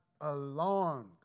alarmed